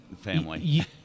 family